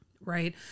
Right